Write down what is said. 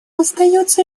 остается